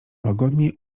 łagodnie